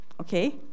Okay